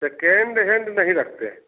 second hand नहीं रखते हैं